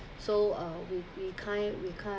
so uh we we kind we kind